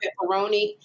pepperoni